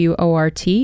WORT